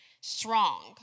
strong